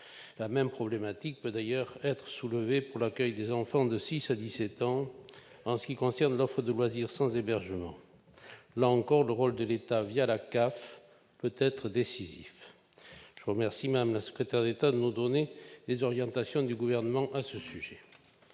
La même problématique peut être soulevée pour l'accueil des enfants de six à dix-sept ans pour ce qui concerne l'offre de loisirs sans hébergement. Là encore, le rôle de l'État la CAF peut être décisif. Je vous remercie, madame la secrétaire d'État, de nous donner les orientations du Gouvernement sur ce sujet.